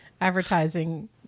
advertising